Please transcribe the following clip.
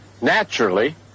naturally